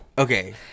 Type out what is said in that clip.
Okay